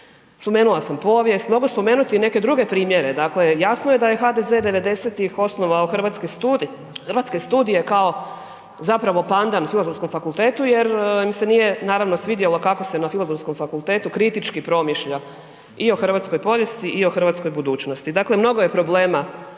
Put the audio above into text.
spomenula sam povijest, mogu spomenuti i neke druge primjere, dakle, jasno je da je HDZ 90-ih osnovao Hrvatske studije kao zapravo pandan Filozofskom fakultetu jer im se nije naravno svidjelo kako se na Filozofskom fakultetu kritički promišlja i o hrvatskoj povijesti i o hrvatskoj budućnosti. Dakle, mnogo je problema